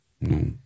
No